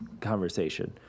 conversation